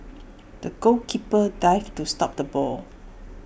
the goalkeeper dived to stop the ball